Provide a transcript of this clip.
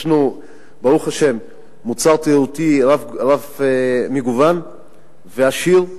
יש לנו ברוך השם מוצר תיירותי מגוון ועשיר,